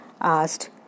asked